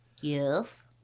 Yes